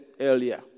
earlier